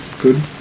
Good